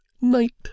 night